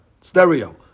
stereo